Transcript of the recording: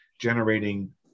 generating